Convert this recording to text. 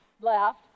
left